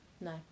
No